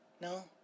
No